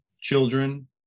children